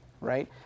right